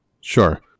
Sure